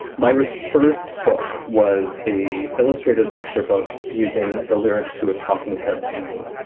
myra's first book was a illustrated picture book using the lyrics to a talking head song.